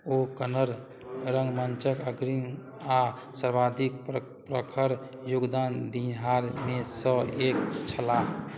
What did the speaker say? ओ कन्नड़ रङ्गमञ्चक अग्रणी आओर सर्वाधिक प्रखर योगदान देनिहारमे सँ एक छलाह